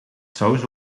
saus